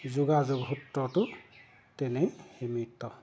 যোগাযোগ সূত্ৰটো তেনেই সীমিত